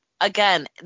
again